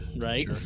right